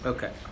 Okay